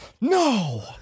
No